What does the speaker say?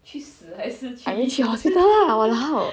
I mean 去 hospital lah !walao!